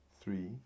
three